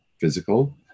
physical